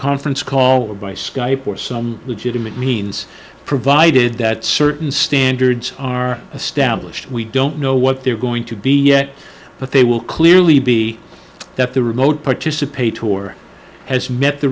conference call or by skype or some legitimate means provided that certain standards are established we don't know what they're going to be yet but they will clearly be that the remote participate or has met the